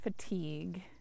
fatigue